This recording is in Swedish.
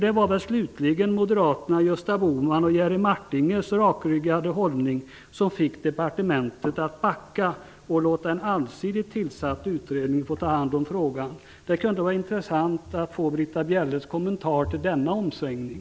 Det var slutligen moderaterna Gösta Bohman och Jerry Martingers rakryggade hållning som fick departementet att backa och låta en allsidigt tillsatt utredning få ta hand om frågan. Det skulle vara intressant att få Britta Bjelles kommentar till denna omsvängning.